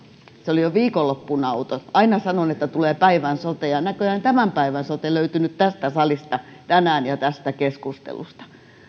oli jo viikonloppuna outo aina sanon että tulee päivän sote ja näköjään tämän päivän sote on löytynyt tästä salista tänään ja tästä keskustelusta